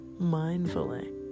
mindfully